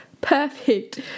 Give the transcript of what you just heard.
perfect